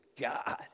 God